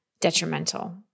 detrimental